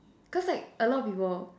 cause like a lot of people